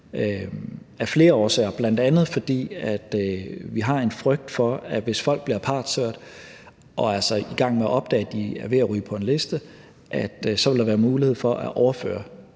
af flere årsager. Det er bl.a., fordi vi har en frygt for, at hvis folk bliver partshørt og altså er i gang med at opdage, at de er ved at ryge på en liste, så vil der være mulighed for at overføre